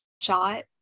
shot